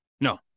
No